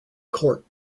court